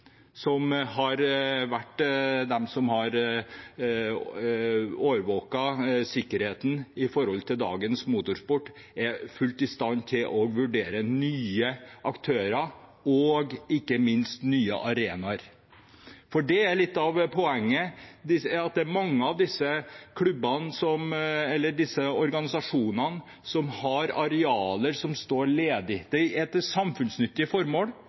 vært de som har overvåket sikkerheten i dagens motorsport, er fullt ut i stand til å vurdere nye aktører og ikke minst nye arenaer. For det er litt av poenget: Mange av disse klubbene eller organisasjonene har arealer som står ledige og kan brukes til samfunnsnyttige formål.